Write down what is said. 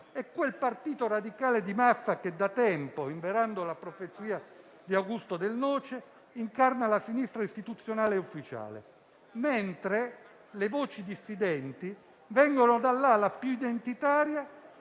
è quel partito radicale di massa che da tempo, inverando la profezia di Augusto Del Noce, incarna la sinistra "istituzionale" e "ufficiale"; mentre le voci dissidenti vengono dall'ala più identitaria